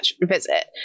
visit